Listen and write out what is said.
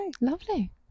Lovely